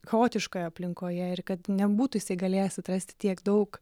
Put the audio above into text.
chaotiškoje aplinkoje ir kad nebūtų jisai galėjęs atrasti tiek daug